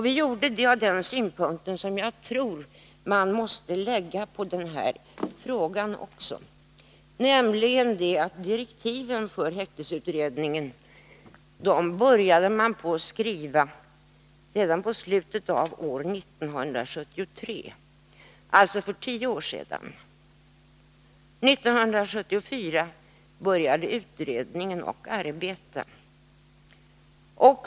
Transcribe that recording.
Vi gjorde det av det skälet — och jag tror att man måste anlägga den synpunkten på den här frågan — att man började skriva direktiven för häktningsutredningen redan i slutet av år 1973. År 1974 började utredningen sitt arbete.